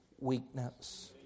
weakness